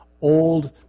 old